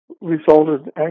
resulted